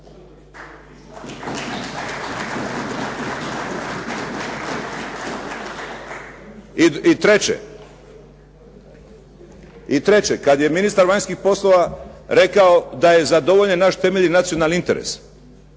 I treće, kad je ministar vanjskih poslova rekao da je zadovoljen naš temeljni nacionalni interes